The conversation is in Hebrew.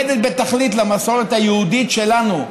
זה מנוגד בתכלית למסורת היהודית שלנו,